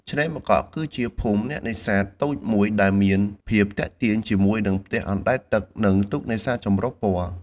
ឆ្នេរម្កក់ គឺជាភូមិអ្នកនេសាទតូចមួយដែលមានភាពទាក់ទាញជាមួយនឹងផ្ទះបណ្តែតទឹក និងទូកនេសាទចម្រុះពណ៌។